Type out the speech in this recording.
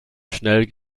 schnell